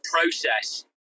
process